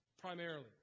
primarily